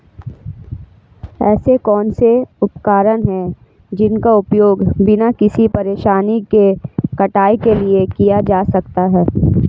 ऐसे कौनसे उपकरण हैं जिनका उपयोग बिना किसी परेशानी के कटाई के लिए किया जा सकता है?